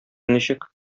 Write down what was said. ничек